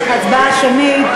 טיפול קהילתי וביתי,